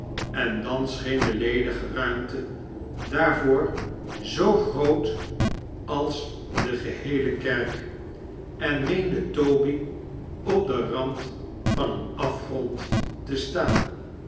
en dan scheen de ledige ruimte oaarvoor zoo groot als de geheele kexk en meende toby op den rand van een afgrond te staan